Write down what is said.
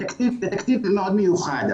זה תקציב מאוד מיוחד.